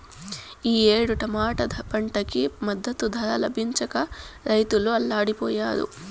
ఈ ఏడు టమాటా పంటకి మద్దతు ధర లభించక రైతులు అల్లాడిపొయ్యారు